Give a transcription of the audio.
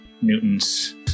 Newton's